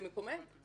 וזה מקומם.